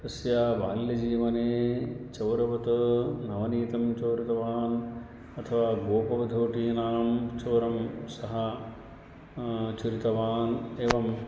तस्य बाल्यजीवने चौरवत् नवनीतं चोरितवान् अथवा गोपवधूनां चोरं सः चोरितवान् एवं